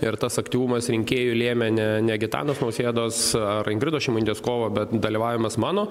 ir tas aktyvumas rinkėjų lėmė ne ne gitano nausėdos ar ingridos šimonytės kovą bet dalyvavimas mano